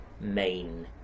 main